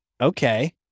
Okay